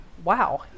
Wow